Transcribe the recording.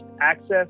access